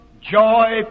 joy